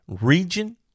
region